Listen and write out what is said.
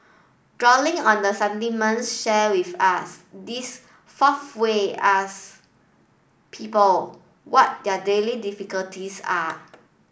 drawing on the sentiments shared with us this fourth way asks people what their daily difficulties are